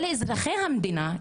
אלה הם אזרחי המדינה,